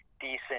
Decent